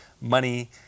money